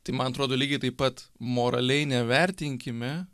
tai man atrodo lygiai taip pat moraliai nevertinkime